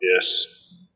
Yes